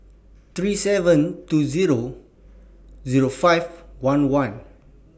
three seven two Zero Zero five one one